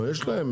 נו יש להם.